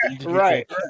Right